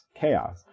chaos